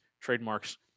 trademarks